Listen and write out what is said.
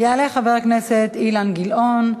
יעלה חבר הכנסת אילן גילאון,